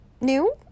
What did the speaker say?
new